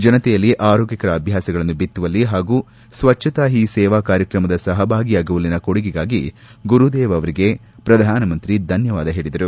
ಜನತೆಯಲ್ಲಿ ಆರೋಗ್ಯಕರ ಅಭ್ಯಾಸಗಳನ್ನು ಬಿತ್ತುವಲ್ಲಿ ಹಾಗೂ ಸ್ವಚ್ಛತಾ ಹೀ ಸೇವಾ ಕಾರ್ಯಕ್ರಮದ ಸಹಭಾಗಿಯಾಗುವಲ್ಲಿನ ಕೊಡುಗೆಗಾಗಿ ಗುರುದೇವ್ ಅವರಿಗೆ ಪ್ರಧಾನಮಂತ್ರಿ ಧನ್ಯವಾದ ತಿಳಿಸಿದರು